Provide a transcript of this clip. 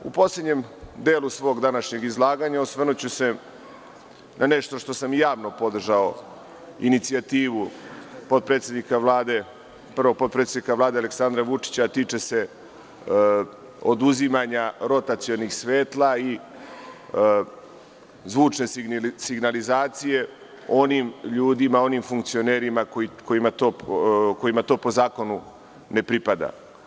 U poslednjem delu svog današnjeg izlaganja, osvrnuću se na nešto što sam javno podržao, inicijativu potpredsednika Vlade Aleksandra Vučića, a tiče se oduzimanja rotacionih svetala i zvučne signalizacije onim ljudima, onim funkcionerima kojima to po zakonu ne pripada.